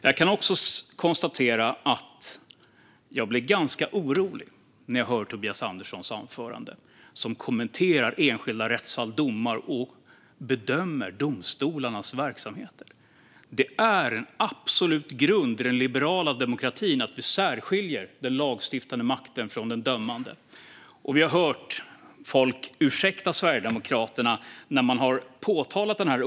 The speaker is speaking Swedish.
Jag kan också konstatera att jag blev ganska orolig när jag hörde Tobias Anderssons huvudanförande. Han kommenterade enskilda rättsfall och domar och bedömde domstolarnas verksamheter. Men det är en absolut grund i den liberala demokratin att vi särskiljer den lagstiftande makten från den dömande. Vi har hört folk ursäkta Sverigedemokraterna när den här oron framhållits.